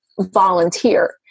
volunteer